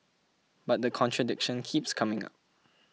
but the contradiction keeps coming up